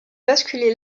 basculer